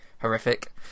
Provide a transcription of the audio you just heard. horrific